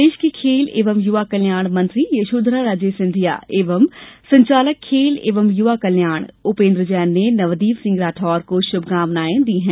प्रदेश की खेल और युवा कल्याण मंत्री यशोधरा राजे सिंधिया एवं संचालक खेल और युवा कल्याण उपेन्द्र जैन ने नवदीप सिंह राठौड़ को शुभकामनाएं दी हैं